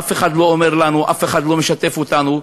אף אחד לא אומר לנו, אף אחד לא משתף אותנו.